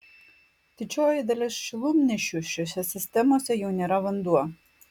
didžioji dalis šilumnešių šiose sistemose jau nėra vanduo